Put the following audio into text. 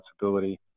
responsibility